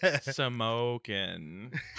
Smokin